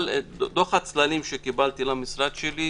דוח הצללים שקיבלתי למשרדי,